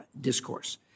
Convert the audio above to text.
discourse